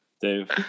Dave